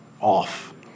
off